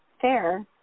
fair